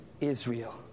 Israel